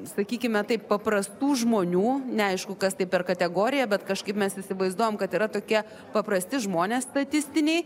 sakykime taip paprastų žmonių neaišku kas tai per kategorija bet kažkaip mes įsivaizduojam kad yra tokie paprasti žmonės statistiniai